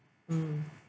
mm